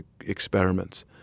experiments